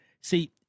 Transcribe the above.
See